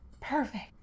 perfect